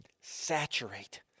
saturate